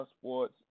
sports